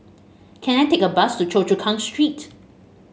can I take a bus to Choa Chu Kang Street